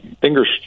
fingers